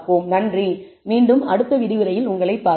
நன்றி மீண்டும் அடுத்த விரிவுரையில் உங்களைப் பார்ப்போம்